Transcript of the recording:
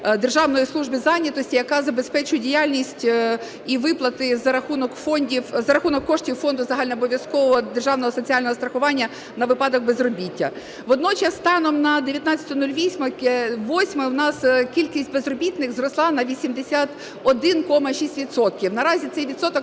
Державної служби зайнятості, яка забезпечує діяльність і виплати за рахунок коштів Фонду загальнообов'язкового державного соціального страхування на випадок безробіття. Водночас станом на 19.08 у нас кількість безробітних зросла на 81,6 відсотків. Наразі цей відсоток